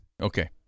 Okay